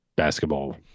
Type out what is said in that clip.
basketball